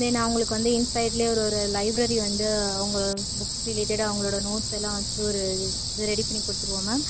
தென் அவங்களுக்கு வந்து இன்சைட்லேயே ஒரு ஒரு லைப்ரரி வந்து அவங்க புக்ஸ் ரிலேட்டடாக அவங்களோடய நோட்ஸெல்லாம் வச்சு ஒரு இதை ரெடி பண்ணி கொடுத்துருவோம் மேம்